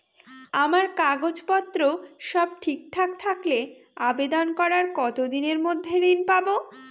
আমার কাগজ পত্র সব ঠিকঠাক থাকলে আবেদন করার কতদিনের মধ্যে ঋণ পাব?